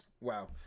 Wow